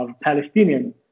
Palestinian